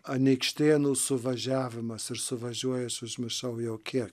anykštėnų suvažiavimas ir suvažiuoja aš užmiršau jau kiek